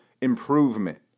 improvement